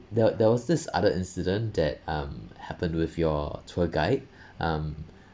there there was this other incident that um happened with your tour guide um